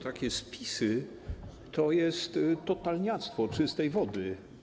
Takie spisy to jest totalniactwo czystej wody.